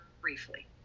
briefly